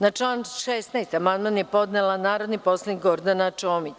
Na član 16. amandman je podnela narodni poslanik Gordana Čomić.